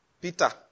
Peter